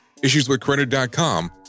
Issueswithcredit.com